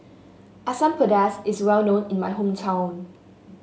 Asam Pedas is well known in my hometown